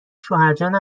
شوهرجان